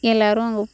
எல்லோரும்